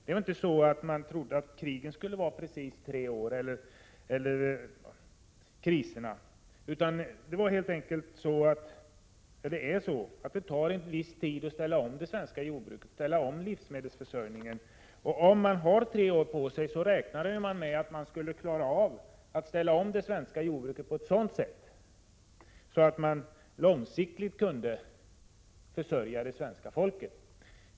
Det var inte så att man trodde att krigen eller kriserna skulle vara i precis tre år, utan det tar helt enkelt en viss tid att ställa om det svenska jordbruket och livsmedelsförsörjningen. Man räknade med att man på tre år skulle klara av att ställa om det svenska jordbruket på ett sådant sätt att man långsiktigt kunde försörja det svenska folket.